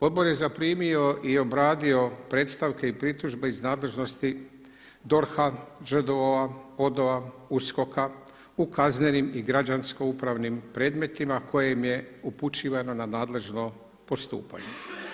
Odbor je zaprimio i obradio predstavke i pritužbe iz nadležnosti DORHA-a., ŽDO-a, ODO-a, USKOK-a u kaznenim i građansko upravnim predmetnima koje im je upućivanom na nadležno postupanje.